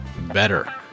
better